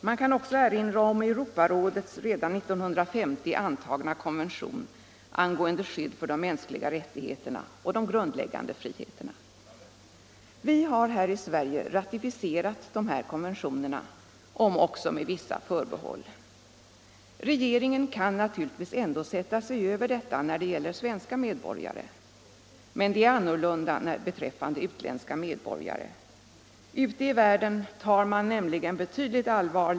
Man kan också erinra om Europarådets redan 1950 antagna konvention angående skydd för de mänskliga rättigheterna och de grundläggande friheterna. Vi har här i Sverige ratificerat de här konventionerna - om också med vissa förbehåll. Regeringen kan naturligtvis ändå sätta sig över dem när det gäller svenska medborgare, men det är annorlunda beträffande utländska medborgare.